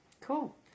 Cool